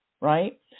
right